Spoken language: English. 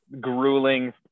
grueling